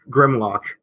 Grimlock